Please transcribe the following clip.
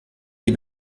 die